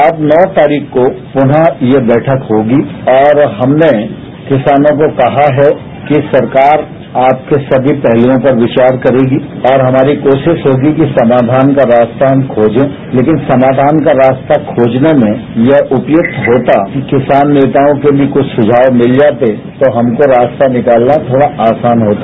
अब नौ तारीख को पुन ये बैठक होगी और हमने किसानों को कहा है कि सरकार आपके सभी पहलुओं पर विचार करेगी और हमारी कोशिश होगी कि समाधान का रास्ता हम खोंजे लेकिन समाधान का रास्ता खोजने में ये उपयुक्त होता कि किसान नेताओं के भी कुछ सुझाव मिल जाते तो हमको रास्ता निकालना थोड़ा आसान होता